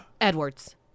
Edwards